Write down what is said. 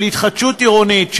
של התחדשות עירונית,